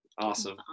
awesome